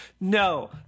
No